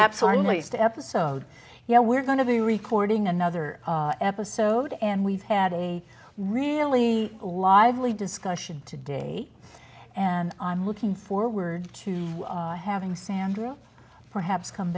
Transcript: absolutely step aside you know we're going to be recording another episode and we've had a really lively discussion today and i'm looking forward to having sandra perhaps come